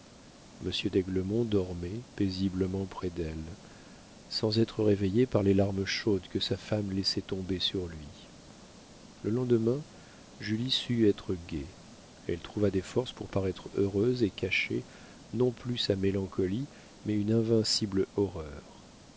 monsieur d'aiglemont dormait paisiblement près d'elle sans être réveillé par les larmes chaudes que sa femme laissait tomber sur lui le lendemain julie sut être gaie elle trouva des forces pour paraître heureuse et cacher non plus sa mélancolie mais une invincible horreur